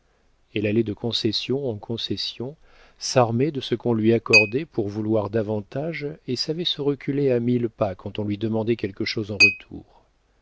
elle allait de concession en concession s'armait de ce qu'on lui accordait pour vouloir davantage et savait se reculer à mille pas quand on lui demandait quelque chose en retour